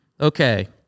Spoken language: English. Okay